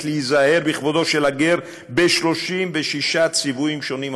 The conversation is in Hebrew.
להיזהר בכבודו של הגר ב-36 ציוויים שונים,